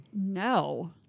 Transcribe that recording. No